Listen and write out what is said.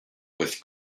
with